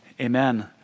amen